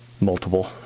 multiple